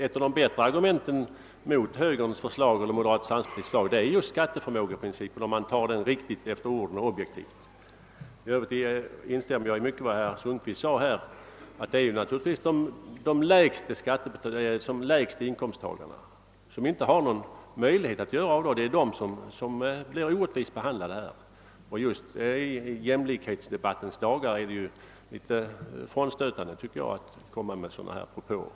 Ett av de bättre argumenten mot moderata samlingspartiets förslag är just skatteförmågeprincipen, om man tar den efter bokstaven, riktigt och objektivt. I övrigt instämmer jag i mycket av vad herr Sundkvist sade. Det är naturligtvis de lägsta inkomsttagarna, som inte har någon möjlighet att göra avdrag, som blir orättvist behandlade. Just i jämlikhetsdebattens dagar är det litet frånstötande, tycker jag, att komma med sådana här propåer.